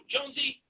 Jonesy